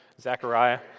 Zechariah